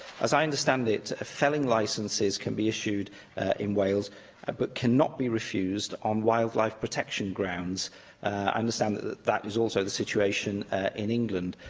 as i understand it, felling licences can be issued in wales ah but cannot be refused on wildlife protection grounds. i understand that that that is also the situation in england.